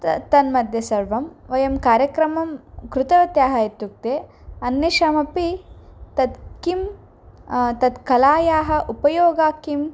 त तन्मध्ये सर्वं वयं कार्यक्रमं कृतवत्यः इत्युक्ते अन्येषामपि तत् किं तत् कलायाः उपयोगाय किं